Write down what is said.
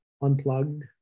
unplugged